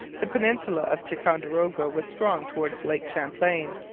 the peninsula of ticonderoga was strong towards lake champlain,